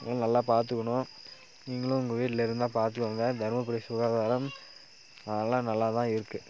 நல்லா பார்த்துக்குணும் நீங்களும் உங்கள் வீட்டில் இருந்தால் பார்த்துக்கோங்க தர்மபுரி சுகாதாரம் அதல்லாம் நல்லாதான் இருக்குது